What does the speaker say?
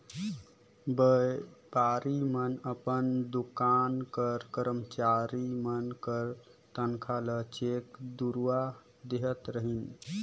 बयपारी मन अपन दोकान कर करमचारी मन कर तनखा ल चेक दुवारा देहत रहिन